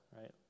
right